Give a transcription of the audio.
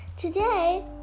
Today